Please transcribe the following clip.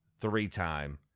three-time